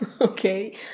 okay